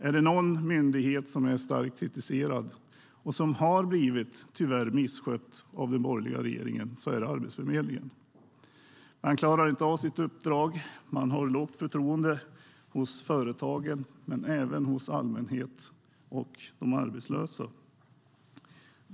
Är det någon myndighet som är starkt kritiserad och som tyvärr har blivit misskött av den borgerliga regeringen är det Arbetsförmedlingen. Den klarar inte av sitt uppdrag och har lågt förtroende hos företagen men även hos allmänhet och de arbetslösa.